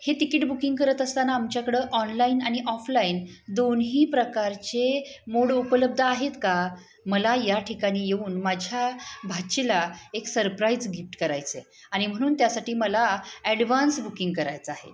हे ticket booking करत असताना आमच्याकडं ऑनलाईन आणि ऑफलाईन दोन्ही प्रकारचे मोड उपलब्ध आहेत का मला या ठिकाणी येऊन माझ्या भाचीला एक सरप्राईज गिफ्ट करायचं आहे आणि म्हणून त्यासाठी मला ॲडव्हान्स बुकिंग करायचं आहे